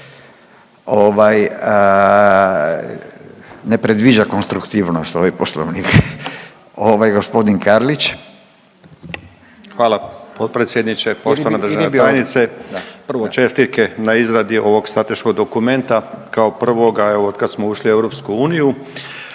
ne predviđa konstruktivnost ovaj Poslovnik. Gospodin Karlić. **Karlić, Mladen (HDZ)** Hvala potpredsjedniče. Poštovana državna tajnice prvo čestitke na izradi ovog strateškog dokumenta kao prvoga evo od kad smo ušli u EU. Drugo